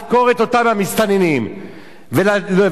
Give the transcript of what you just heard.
וקבל עם ועדה,